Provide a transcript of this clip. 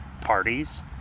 parties